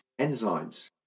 enzymes